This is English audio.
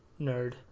nerd